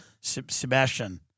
Sebastian